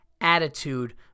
attitude